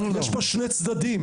יש פה שני צדדים.